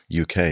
UK